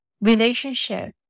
relationship